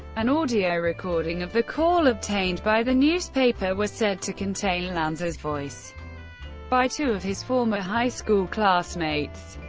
an audio recording of the call obtained by the newspaper was said to contain lanza's voice by two of his former high school classmates.